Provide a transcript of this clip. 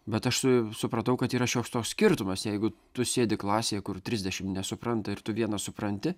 bet aš su supratau kad yra šioks toks skirtumas jeigu tu sėdi klasėje kur trisdešimt nesupranta ir tu vienas supranti